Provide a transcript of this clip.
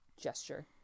gesture